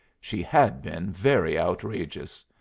she had been very outrageous.